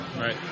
Right